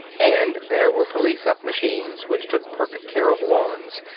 and there were police-up machines which took perfect care of lawns,